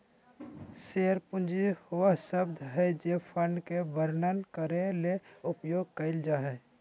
share पूंजी वह शब्द हइ जे फंड के वर्णन करे ले उपयोग कइल जा हइ